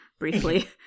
briefly